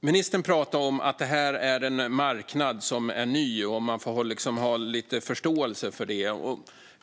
Ministern pratar om att detta är en marknad som är ny och om att man får ha lite förståelse för det.